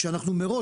כשאנחנו מראש,